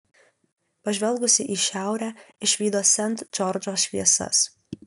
pažvelgusi į šiaurę išvydo sent džordžo šviesas